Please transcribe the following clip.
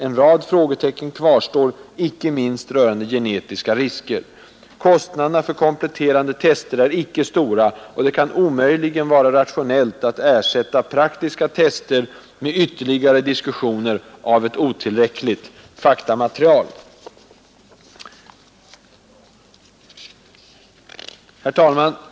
En rad frågetecken kvarstår, icke minst rörande genetiska risker. Kostnaderna för kompletterande tester är icke stora och det kan omöjligen vara rationellt att ersätta praktiska tester med ytterligare diskussioner av ett otillräckligt faktamaterial.” Herr talman!